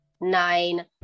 nine